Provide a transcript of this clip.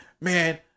man